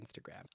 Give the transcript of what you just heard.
Instagram